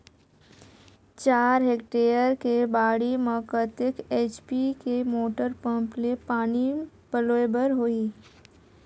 चार हेक्टेयर के बाड़ी म कतेक एच.पी के मोटर पम्म ले पानी पलोय बर होही?